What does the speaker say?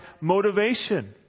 motivation